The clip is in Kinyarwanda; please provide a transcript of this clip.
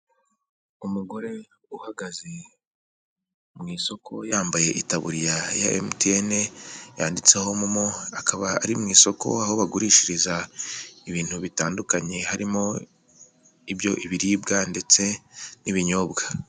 Umugore uhagaze mu isoko yambaye itaburi ya emutiyene yanditseho momo, akaba ari mu isoko aho bagurishiriza ibintu bitandukanye harimo ibiribwa ndetse n'ibinyobwa.